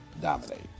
dominate